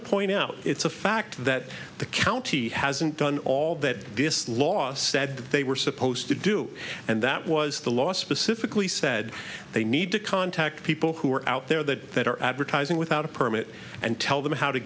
to point out it's a fact that the county hasn't done all that this law said that they were supposed to do and that was the last specifically said they need to contact people who are out there that are advertising without a permit and tell them how to